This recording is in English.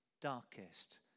darkest